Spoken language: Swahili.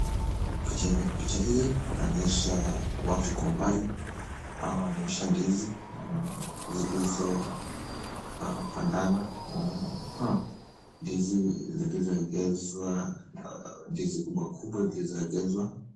Picha hii inaonyesha watu kwa mbali au inaonyesha ndizi zilizopandana. Ndizi zilizoegezwa, ndizi kubwa kubwa zilizoegezwa.